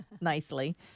nicely